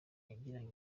yagiranye